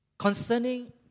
Concerning